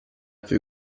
più